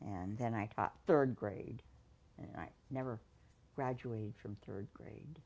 and then i taught third grade and i never graduated from third